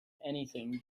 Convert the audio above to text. anything